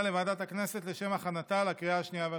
לוועדת הכנסת לשם הכנתה לקריאה השנייה והשלישית.